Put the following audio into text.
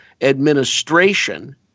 administration